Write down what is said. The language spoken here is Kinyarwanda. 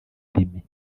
ndimi